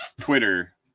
Twitter